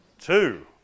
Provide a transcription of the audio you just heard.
two